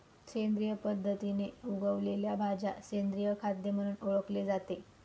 सेंद्रिय पद्धतीने उगवलेल्या भाज्या सेंद्रिय खाद्य म्हणून ओळखले जाते